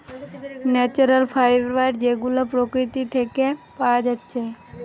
natural fiber যেগুলা প্রকৃতি থিকে পায়া যাচ্ছে